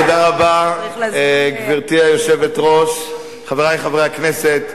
צה"ל" גברתי היושבת-ראש, חברי חברי הכנסת,